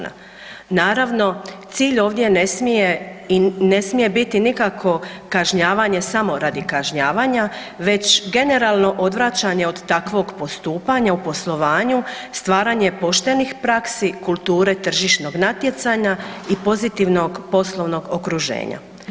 Naravno, cilj ovdje ne smije biti nikako kažnjavanje samo radi kažnjavanja, već generalno odvraćanje od takvog postupaka u poslovanju, stvaranje poštenih praksi, kulture tržišnog natjecanja i pozitivnog poslovnog okruženja.